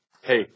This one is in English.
Hey